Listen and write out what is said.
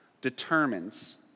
determines